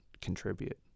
contribute